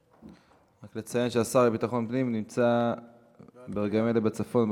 רק נציין שהשר לביטחון פנים נמצא ברגעים אלה בצפון,